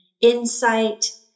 insight